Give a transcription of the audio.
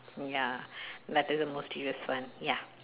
ya like this the most dearest one ya